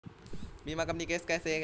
बीमा company case कैसे लड़ती है?